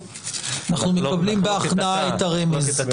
אנו מקבלים בהכנעה את הרמז.